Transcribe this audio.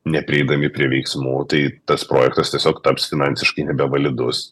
neprieidami prie veiksmų tai tas projektas tiesiog taps finansiškai nebevalidus